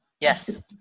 Yes